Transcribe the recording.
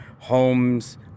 homes